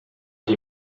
die